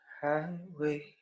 highway